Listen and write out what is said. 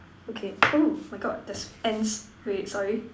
okay oh my God there's ants wait sorry